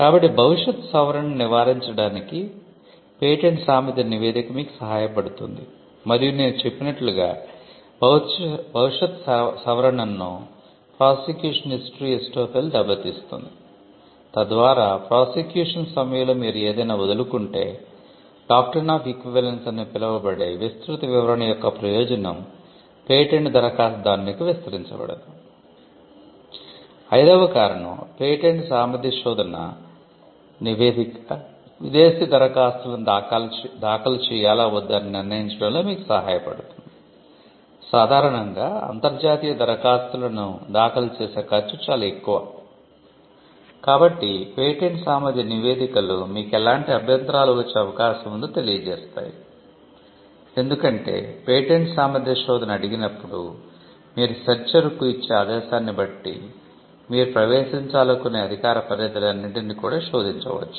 కాబట్టి భవిష్యత్ సవరణను నివారించడానికి పేటెంట్ సామర్థ్య నివేదిక మీకు సహాయపడుతుంది మరియు నేను చెప్పినట్లుగా భవిష్యత్ సవరణను ప్రాసిక్యూషన్ హిస్టరీ ఎస్టోపెల్ కు ఇచ్చే ఆదేశాన్ని బట్టి మీరు ప్రవేశించాలనుకునే అధికార పరిధిలన్నింటిని కూడా శోధించవచ్చు